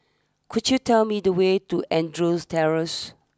could you tell me the way to Andrews Terrace